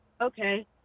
okay